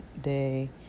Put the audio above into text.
day